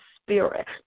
spirit